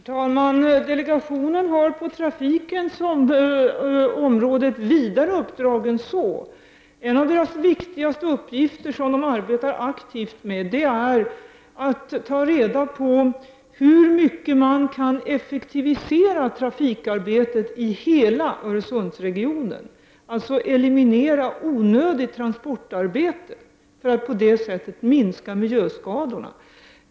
Herr talman! Delegationen har på trafikens område ett vidare uppdrag än så. En av delegationens viktigaste uppgifter som man arbetar aktivt med är att ta reda på hur mycket det går att effektivisera trafikarbetet i hela Öresundsregionen, dvs. eliminera onödigt transportarbete för att på det sättet minska miljöskadorna.